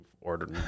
ordered